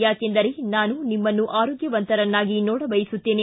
ಯಾಕೆಂದರೆ ನಾನು ನಿಮ್ಮನ್ನು ಆರೋಗ್ಭವಂತರನ್ನಾಗಿ ನೋಡ ಬಯಸುತ್ತೇನೆ